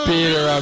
Peter